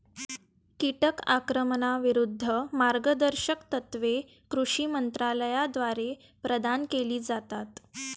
कीटक आक्रमणाविरूद्ध मार्गदर्शक तत्त्वे कृषी मंत्रालयाद्वारे प्रदान केली जातात